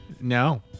No